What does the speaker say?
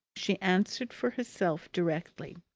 she answered for herself directly.